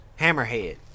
Hammerhead